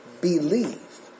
Believe